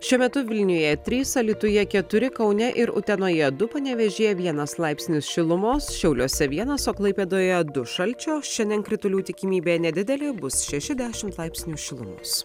šiuo metu vilniuje trys alytuje keturi kaune ir utenoje du panevėžyje vienas laipsnis šilumos šiauliuose vienas o klaipėdoje du šalčio šiandien kritulių tikimybė nedidelė bus šeši dešimt laipsnių šilumos